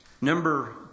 Number